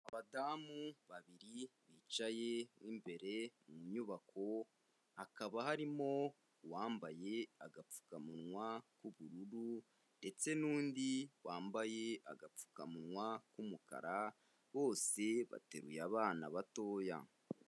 Abadamu babiri bicaye mo imbere mu nyubako, hakaba harimo uwambaye agapfukamunwa k'ubururu, ndetse n'undi wambaye agapfukamunwa k'umukara bose bateruye abana batoya.